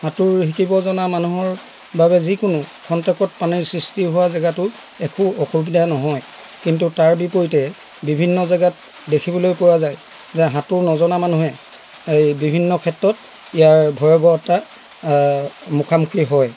সাঁতোৰ শিকিব জনা মানুহৰ বাবে যিকোনো খন্তেকত পানীৰ সৃষ্টি হোৱা জেগাতো একো অসুবিধা নহয় কিন্তু তাৰ বিপৰীতে বিভিন্ন জেগাত দেখিবলৈ পোৱা যায় যে সাঁতোৰ নজনা মানুহে এই বিভিন্ন ক্ষেত্ৰত ইয়াৰ ভয়াবহতাৰ মুখামুখি হয়